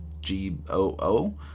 G-O-O